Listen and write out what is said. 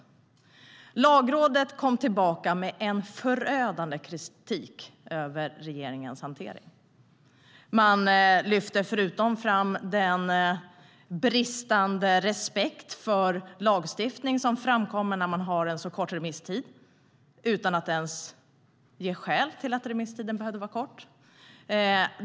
Lagrådet kom tillbaka med en förödande kritik av regeringens hantering. De lyfte fram den bristande respekt för lagstiftning som framkommer när man har en så kort remisstid utan att ens ange något skäl till att remisstiden behövde vara kort.